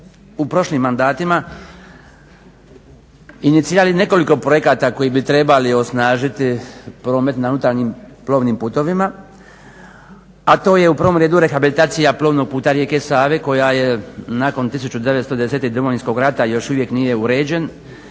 u prošlim mandatima inicirali nekoliko projekata koji bi trebali osnažiti promet na unutarnjim plovnim putovima, a to je u prvom redu rehabilitacija plovnog puta rijeke Save koji nakon 1990. i Domovinskog rata još uvijek nije uređen,